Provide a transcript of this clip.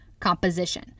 Composition